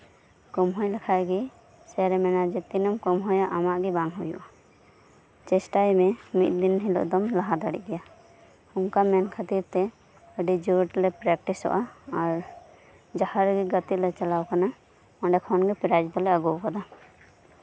ᱠᱟᱹᱢᱦᱟᱹᱭ ᱞᱮᱠᱷᱟᱡ ᱜᱮ ᱥᱮᱨ ᱮ ᱢᱮᱱᱟ ᱛᱤᱱᱟᱹᱜ ᱮᱢ ᱠᱟᱢᱦᱟᱹᱭ ᱟ ᱩᱱᱟᱹᱜ ᱜᱮ ᱟᱢᱟᱜ ᱜᱮ ᱵᱟᱝ ᱦᱩᱭᱩᱜᱼᱟ ᱪᱮᱥᱴᱟᱭ ᱢᱮ ᱢᱤᱫ ᱫᱤᱱ ᱦᱤᱞᱳᱜ ᱫᱚᱢ ᱞᱟᱦᱟ ᱫᱟᱲᱮᱭᱟᱜ ᱜᱮᱭᱟ ᱚᱱᱠᱟ ᱢᱮᱱ ᱠᱷᱟᱹᱛᱤᱨ ᱛᱮ ᱟᱹᱰᱤ ᱡᱳᱨ ᱞᱮ ᱯᱨᱮᱠᱴᱤᱥᱚᱜᱼᱟ ᱟᱨ ᱡᱟᱸᱦᱟ ᱨᱮᱜᱮ ᱜᱟᱛᱮ ᱞᱮ ᱪᱟᱞᱟᱜ ᱠᱟᱱᱟ ᱚᱱᱰᱮ ᱠᱷᱚᱱ ᱜᱮ ᱯᱨᱟᱭᱤᱡ ᱫᱚᱞᱮ ᱟᱹᱜᱩ ᱠᱟᱫᱟ